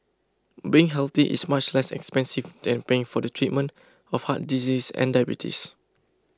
being healthy is much less expensive than paying for the treatment of heart disease and diabetes